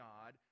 God